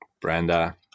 Brenda